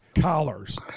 collars